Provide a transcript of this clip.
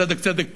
וצדק צדק תרדוף,